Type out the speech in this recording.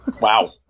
Wow